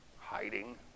hiding